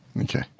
Okay